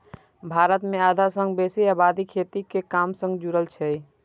भारत मे आधा सं बेसी आबादी खेती के काम सं जुड़ल छै